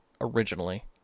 originally